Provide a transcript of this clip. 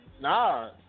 nah